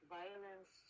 violence